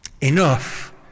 enough